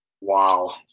Wow